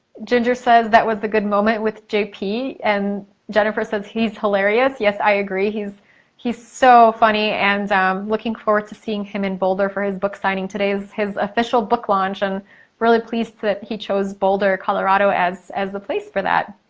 ginger says that was a good moment with jp and jennifer says he's hilarious. yes, i agree. he's he's so funny and um looking forward to seeing him in boulder for his book signing. today is his official book launch and really pleased that he chose boulder, colorado as as the place for that.